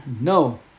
No